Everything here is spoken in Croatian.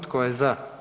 Tko je za?